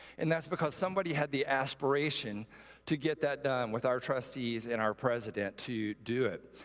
and that's because somebody had the aspiration to get that done with our trustees and our president to do it.